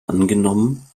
angenommen